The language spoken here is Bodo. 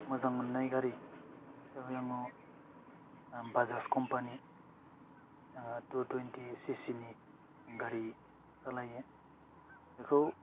मोजां मोन्नाय गारि जाबाय आं बाजाज कम्पानि टु टुन्टी सिसिनि गारि सालायो बेखौ